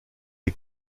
est